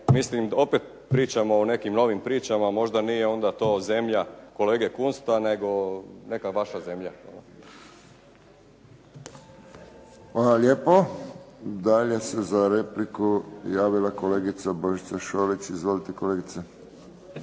Mislim, opet pričamo o nekim novim pričama, možda nije onda to zemlja kolege Kunsta nego neka vaša zemlja. Hvala. **Friščić, Josip (HSS)** Hvala lijepo. Dalje se za repliku javila kolegica Božica Šolić. Izvolite kolegice.